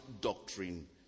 doctrine